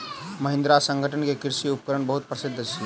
महिंद्रा संगठन के कृषि उपकरण बहुत प्रसिद्ध अछि